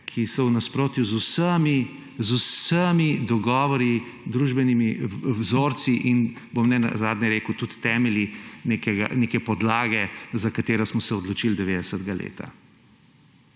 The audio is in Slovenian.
ki so v nasprotju z vsemi dogovori, družbenimi vzorci, in bom rekel nenazadnje tudi temelji neke podlage, za katero smo se odločili 1990. leta.